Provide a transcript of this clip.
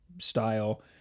style